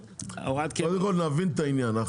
קודם כל להבין את העניין.